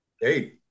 Hey